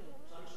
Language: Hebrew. אפשר לשאול שאלה?